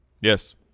Yes